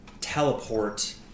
teleport